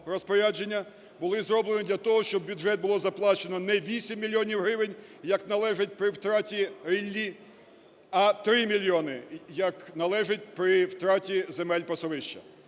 розпорядження були зроблені для того, щоб у бюджет було заплачено не 8 мільйонів гривень, як належить при втраті ріллі, а 3 мільйони, як належить при втраті земель пасовища.